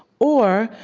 or,